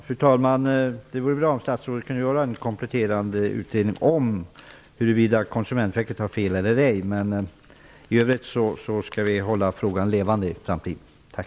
Fru talman! Det vore bra om statsrådet kunde göra en kompletterande utredning om huruvida Konsumentverket har fel eller ej. I övrigt skall vi hålla frågan levande i framtiden. Tack!